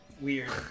weird